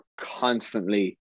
constantly